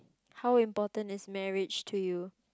how important is marriage to you